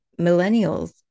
millennials